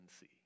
see